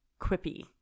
quippy